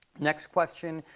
next question,